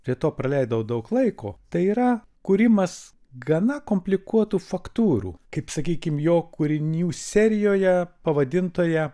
prie to praleidau daug laiko tai yra kūrimas gana komplikuotų faktūrų kaip sakykim jo kūrinių serijoje pavadintoje